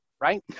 right